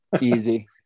easy